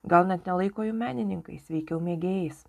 gal net nelaiko jų menininkais veikiau mėgėjais